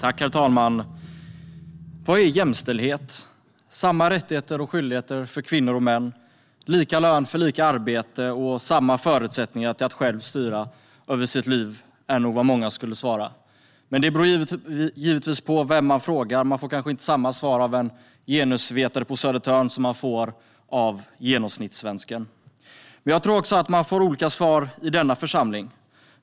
Herr talman! Vad är jämställdhet? Samma rättigheter och skyldigheter för kvinnor och män, lika lön för lika arbete och samma förutsättningar att själv styra över sitt liv är nog vad många skulle svara. Men det beror givetvis på vem man frågar; man får kanske inte samma svar av en genusvetare på Södertörn som man får av genomsnittssvensken. Men jag tror också att man får olika svar i denna församling.